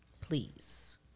please